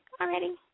already